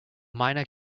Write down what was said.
minor